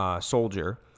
soldier